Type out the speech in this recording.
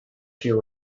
she